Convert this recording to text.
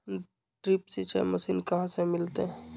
Drip सिंचाई machine कहाँ से मिलतै?